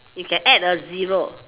you can add a zero